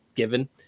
Given